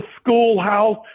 schoolhouse